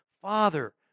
father